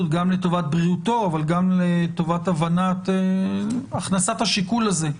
גם לטובת בריאותו אבל גם לטובת הכנסת השיקול הזה,